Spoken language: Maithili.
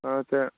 अच्छा